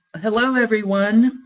hello, everyone.